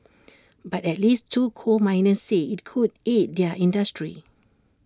but at least two coal miners say IT could aid their industry